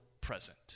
present